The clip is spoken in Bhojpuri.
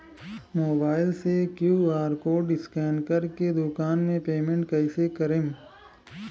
मोबाइल से क्यू.आर कोड स्कैन कर के दुकान मे पेमेंट कईसे करेम?